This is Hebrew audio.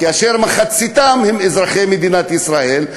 שמחציתם הם אזרחי מדינת ישראל,